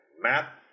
Map